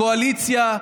הקואליציה,